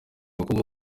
abakobwa